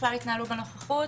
ככלל יתנהלו בנוכלות,